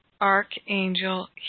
archangel